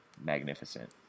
magnificent